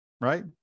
right